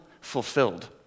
fulfilled